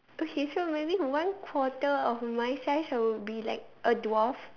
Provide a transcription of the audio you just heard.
okay so maybe one quarter of my size I would be like a dwarf